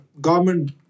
government